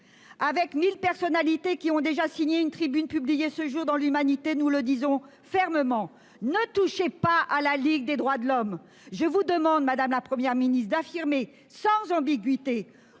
les mille personnalités qui ont déjà signé une tribune publiée ce jour dans, je le dis dignement, mais fermement :« Ne touchez pas à la Ligue des droits de l'homme !» Je vous demande, madame la Première ministre, d'affirmer, sans ambiguïté,